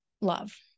love